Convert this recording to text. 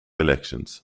elections